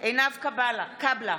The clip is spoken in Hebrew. עינב קאבלה,